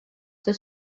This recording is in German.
der